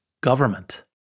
government